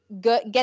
Get